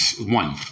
One